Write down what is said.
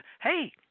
hey